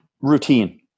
Routine